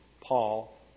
Paul